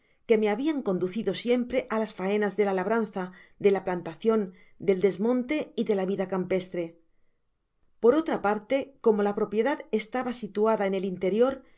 que me habian conducido siempre á las faenas de la labranza de la plantacion del desmonte y de la vida campestre por otra parte como la nropiedad estaba situada en el interior